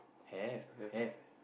have have